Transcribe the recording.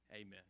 Amen